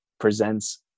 presents